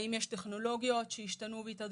האם יש טכנולוגיות שהשתנו והתעדכנו,